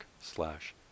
slash